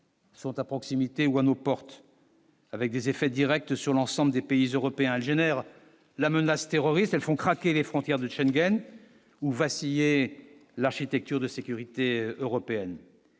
Sont à proximité ou à nos portes. Avec des effets Directs sur l'ensemble des pays européens génère la menace terroriste, elles font craquer les frontières de Schengen où vaciller l'architecture de sécurité européenne.